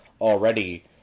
already